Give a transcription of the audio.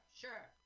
sure